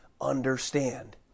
understand